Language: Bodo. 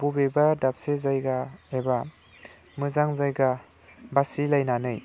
बबेबा दाबसे जायगा एबा मोजां जायगा बासि लायनानै